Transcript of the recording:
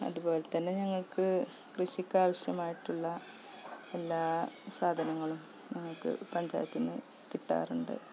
അതുപോലെ തന്നെ ഞങ്ങള്ക്ക് കൃഷിക്കാവശ്യമായിട്ടുള്ള എല്ലാ സാധനങ്ങളും ഞങ്ങൾക്ക് പഞ്ചായത്തു നിന്നു കിട്ടാറുണ്ട്